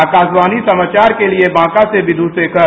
आकाशवाणी समाचार के लिए बांका से बिध् शेखर